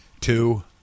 Two